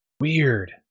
Weird